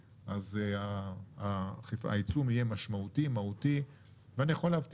ועל בסיס אותה חוות דעת --- לא,